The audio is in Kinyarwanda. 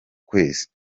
kwezi